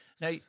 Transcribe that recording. Now